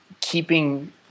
keeping